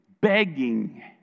begging